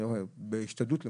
בהשתדלות למושלמוּת.